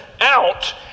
out